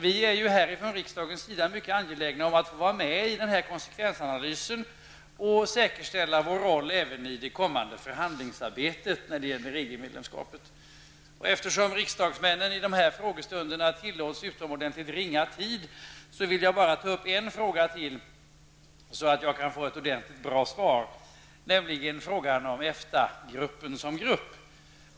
Vi från riksdagens sida är angelägna om att få komma med i konsekvensanalysen och säkerställa vår roll även i det kommande förhandlingsarbetet när det gäller EG Eftersom riksdagsmännen vid dessa informationsstunder ges utomordentligt ringa taletid, vill jag bara ta upp en fråga till så att jag kan få ett ordentligt bra svar, nämligen frågan om EFTA-gruppen som grupp.